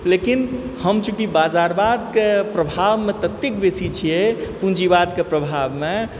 लेकिन हम चूँकि बाजारवादके प्रभावमे ततेक बेसी छियै पूँजीवादके प्रभावमे